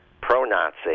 pro-Nazi